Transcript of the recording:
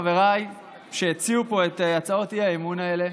חבריי שהציעו פה את הצעות האי-אמון האלה,